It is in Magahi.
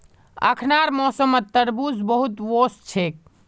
अखनार मौसमत तरबूज बहुत वोस छेक